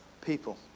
people